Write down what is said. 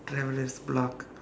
come let's